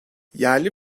yerli